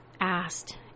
asked